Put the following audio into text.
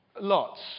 Lots